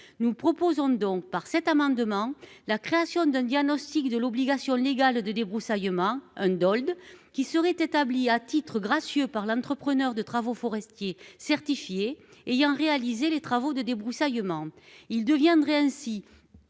Nous proposons donc par cet amendement. La création d'un diagnostic de l'obligation légale de débroussaillement d'Old qui seraient établis à titre gracieux par l'entrepreneur de travaux forestiers certifiés ayant réalisé les travaux de débroussaillement il deviendrait ainsi.